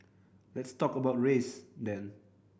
let's talk about race then